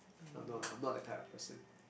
uh no ah I'm not that type of person